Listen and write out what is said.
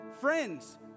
Friends